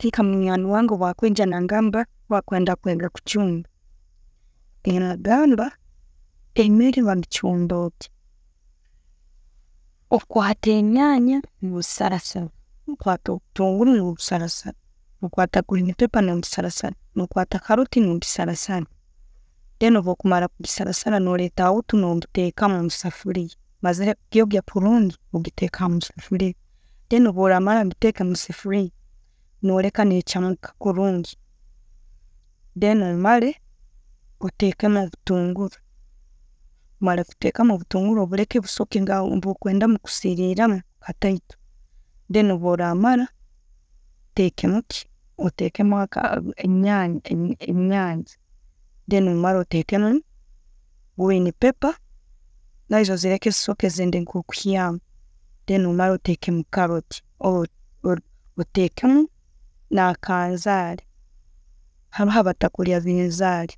Hati nka munywani wange bakwijja nakangamba we akwenda kwega kuchumba. Nembagamba emere bagichumba oti, okwata enyanya no sarasara. Okwata obutunguru nobusarasara, no kwata green pepper nogisarasara, no kwata carrot nogisarasara. Then bwokumara kugisarasara noleta auto no tekamu omusefuliya omazire gyogya kurungi, nogitekamu omusefuliya. Then bworamara gitekamu omusefuliya, noleka nechamuka kurungi. Then omare, otekemu obutunguru, omare kutekamu obutungulu, obuleka busokengamu bukwenda kusirilamu katito. Then bworamara, otekemu ki, otekemu enyanya, then omare otekemu green pepper, nazo ozireke zisoke zende nkokuyamu. Then omare otekemu carrot, otekemu nakanzari, haroho abatakulya bunzari